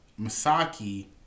Masaki